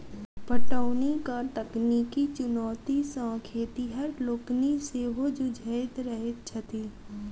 पटौनीक तकनीकी चुनौती सॅ खेतिहर लोकनि सेहो जुझैत रहैत छथि